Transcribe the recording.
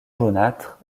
jaunâtre